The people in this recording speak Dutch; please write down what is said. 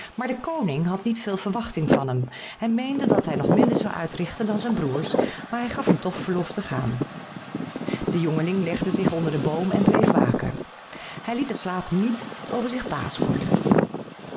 maar de koning had niet veel verwachting van hem en meende dat hij nog minder zou uitrichten dan zijn broêrs maar hij gaf hem toch verlof te gaan de jongeling legde zich onder den boom en bleef waken hij liet den slaap niet over zich baas worden